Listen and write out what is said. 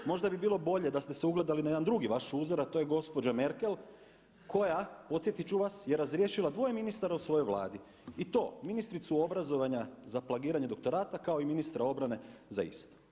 Možda bi bilo bolje da ste se ugledali na jedan drugi vaš uzor, a to je gospođa Merkel koja, podsjetit ću vas, je razriješila dvoje ministara u svojoj vladi i to ministricu obrazovanja za plagiranje doktorata kao i ministra obrane za isto.